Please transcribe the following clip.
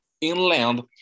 inland